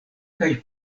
kaj